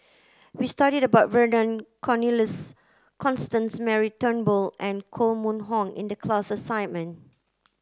we studied about Vernon Cornelius Constance Mary Turnbull and Koh Mun Hong in the class assignment